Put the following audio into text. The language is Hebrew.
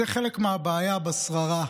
זה חלק מהבעיה בשררה.